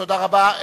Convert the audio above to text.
תודה רבה.